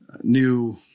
new